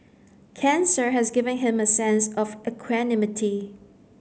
cancer has given him a sense of equanimity